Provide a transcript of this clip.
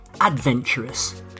adventurous